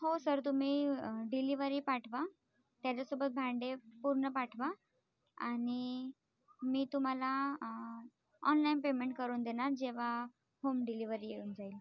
हो सर तुम्ही डिलिवरी पाठवा त्याच्यासोबत भांडे पूर्ण पाठवा आणि मी तुम्हाला ऑनलाईन पेमेंट करून देणार जेव्हा होम डिलिवरी येऊन जाईल